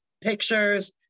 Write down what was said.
Pictures